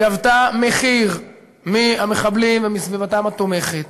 שגבתה מחיר מהמחבלים ומסביבתם התומכת,